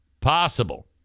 Possible